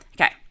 Okay